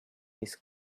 this